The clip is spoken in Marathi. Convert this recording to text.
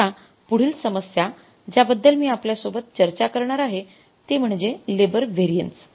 तर आता पुढील समस्या ज्या बद्दल मी आपल्या सोबत चर्चा करणार आहे ते म्हणजे लेबर व्हेरिएन्स